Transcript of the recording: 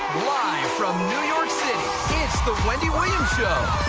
live from new york city, it's the wendy williams show.